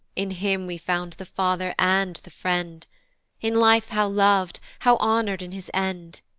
in him we found the father and the friend in life how lov'd! how honour'd in his end!